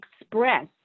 express